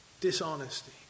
Dishonesty